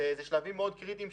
אלה שלבים מאוד קריטיים,